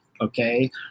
okay